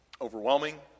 overwhelming